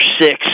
six